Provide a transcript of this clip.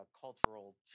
cultural